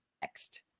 next